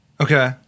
Okay